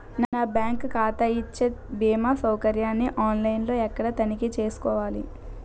నా బ్యాంకు ఖాతా ఇచ్చే భీమా సౌకర్యాన్ని ఆన్ లైన్ లో ఎక్కడ తనిఖీ చేసుకోవాలి?